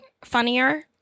funnier